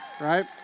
right